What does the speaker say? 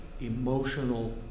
emotional